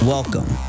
Welcome